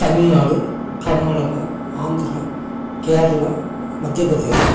Tamil Nadu Karnataka Andhra Kerala Madhya Pradesh